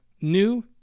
new